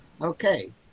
Okay